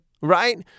right